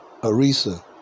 Arisa